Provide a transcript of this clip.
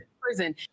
prison